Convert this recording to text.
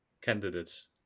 candidates